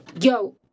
Yo